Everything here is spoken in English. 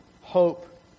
hope